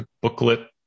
booklet